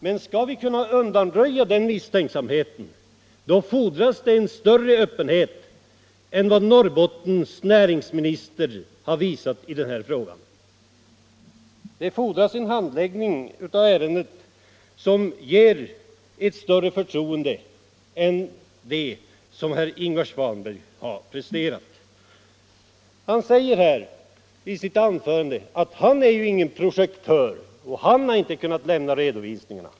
Men skall vi kunna undanröja misstänksamheten, då fordras det en större öppenhet än vad Norrbottens näringsminister har visat i den här frågan. Det krävs en handläggning av ärendet som ger ett större förtroende än det som herr Ingvar Svanberg har presterat. Han säger i sitt anförande här att han är ingen projektör och han har inte kunnat lämna redovisningarna.